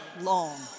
long